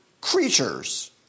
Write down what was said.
creatures